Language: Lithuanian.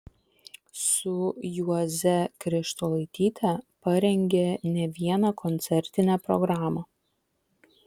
su juoze krištolaityte parengė ne vieną koncertinę programą